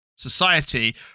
society